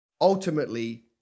ultimately